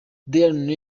daily